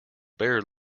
bear